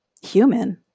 human